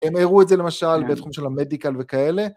הם הראו את זה למשל בתחום של המדיקל וכאלה.